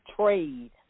trade